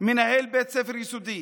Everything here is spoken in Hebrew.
מנהל בית ספר יסודי?